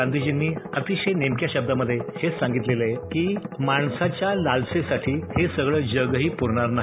गांधीजींनी अतिशय नेमक्या शब्दामधे हे सांगितलेलंय की माणसांच्या लालसेसाठी हे सगळं जगही प्ररणार नाही